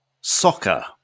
soccer